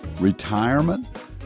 Retirement